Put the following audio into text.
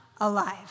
alive